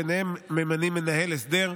ובהם ממנים מנהל הסדר,